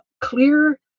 clear